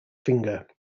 finger